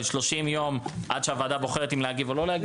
30 יום עד שהוועדה בוחרת אם להגיב או לא להגיב.